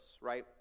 right